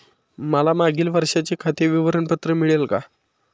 मला मागील वर्षाचे खाते विवरण पत्र मिळेल का?